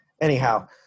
anyhow